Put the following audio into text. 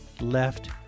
left